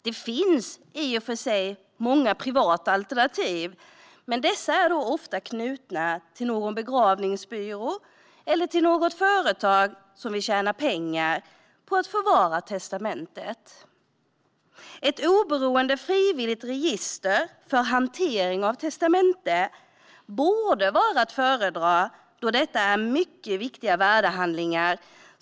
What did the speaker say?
Det finns i och för sig många privata alternativ, men dessa är ofta knutna till någon begravningsbyrå eller till något företag som vill tjäna pengar på att förvara testamentet. Ett oberoende frivilligt register för hanteringen av testamenten borde vara att föredra, då det är mycket viktiga värdehandlingar.